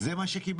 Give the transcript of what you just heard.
זה מה שקיבלתי.